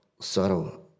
sorrow